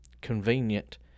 convenient